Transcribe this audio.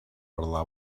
parlava